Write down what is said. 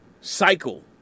cycle